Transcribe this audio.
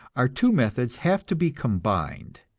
our two methods have to be combined,